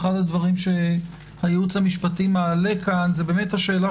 אחד הדברים שהייעוץ המשפטי מעלה פה הוא השאלה